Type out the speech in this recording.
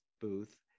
booth